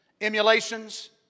emulations